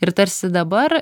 ir tarsi dabar